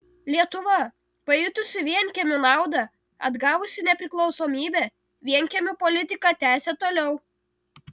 lietuva pajutusi vienkiemių naudą atgavusi nepriklausomybę vienkiemių politiką tęsė toliau